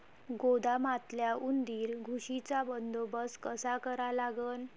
गोदामातल्या उंदीर, घुशीचा बंदोबस्त कसा करा लागन?